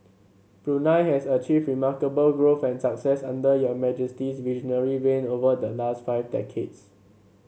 Brunei has achieved remarkable growth and success under your Majesty's visionary reign over the last five decades